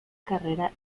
carrera